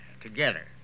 together